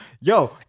yo